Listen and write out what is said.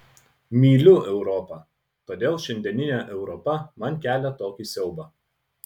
myliu europą todėl šiandieninė europa man kelia tokį siaubą